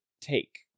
take